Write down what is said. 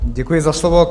Děkuji za slovo.